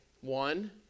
one